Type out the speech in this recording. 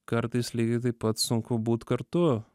kartais lygiai taip pat sunku būt kartu